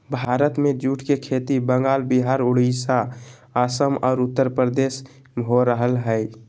भारत में जूट के खेती बंगाल, विहार, उड़ीसा, असम आर उत्तरप्रदेश में हो रहल हई